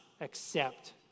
accept